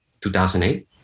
2008